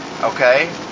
okay